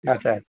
ଆଚ୍ଛା